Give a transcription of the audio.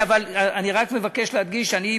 אני רק מבקש להדגיש שאני,